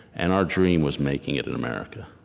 and our dream was making it in america,